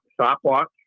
stopwatch